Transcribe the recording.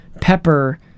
Pepper